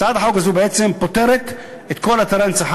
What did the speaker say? הצעת החוק הזאת בעצם פוטרת את כל אתרי ההנצחה